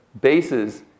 bases